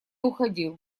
уходил